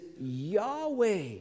Yahweh